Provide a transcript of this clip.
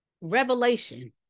revelation